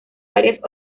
varias